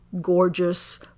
gorgeous